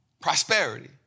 prosperity